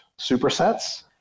supersets